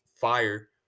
fire